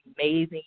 amazing